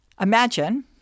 Imagine